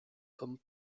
comme